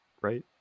right